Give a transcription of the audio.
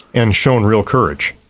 and shown real courage.